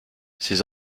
ses